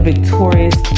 Victorious